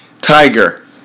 Tiger